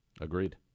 Agreed